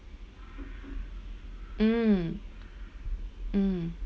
mm mm